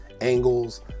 angles